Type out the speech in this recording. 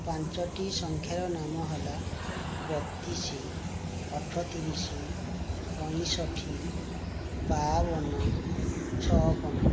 ପାଞ୍ଚଟି ସଂଖ୍ୟାର ନାମ ହେଲା ବତିଶ ଅଠତିରିଶ ପଞ୍ଚଷଠି ବା'ବନ ଛପନ